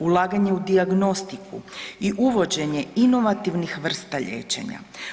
Ulaganje u dijagnostiku i uvođenje inovativnih vrsta liječenja.